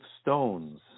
stones